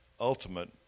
ultimate